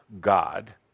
God